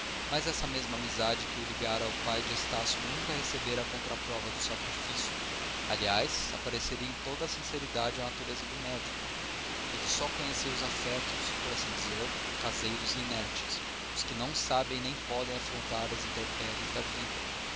mas essa mesma amizade que o ligara ao pai de estácio nunca recebera a contraprova do sacrifício aliás apareceria em toda a sinceridade a natureza do médico ele só conhecia os afetos por assim dizer caseiros e inertes os que não sabem nem podem afrontar as intempéries da vida